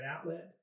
outlet